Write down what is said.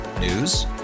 News